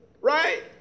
right